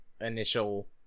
initial